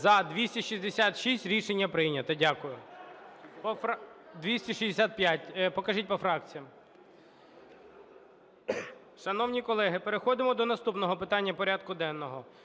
За-265 Рішення прийнято. Дякую. 265. Покажіть по фракціях. Шановні колеги, переходимо до наступного питання порядку денного.